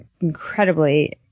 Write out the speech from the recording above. incredibly